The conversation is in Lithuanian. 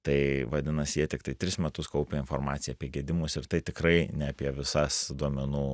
tai vadinasi jie tiktai tris metus kaupia informaciją apie gedimus ir tai tikrai ne apie visas duomenų